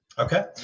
Okay